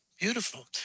Beautiful